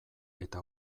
eta